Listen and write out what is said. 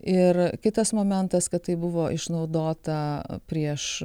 ir kitas momentas kad tai buvo išnaudota prieš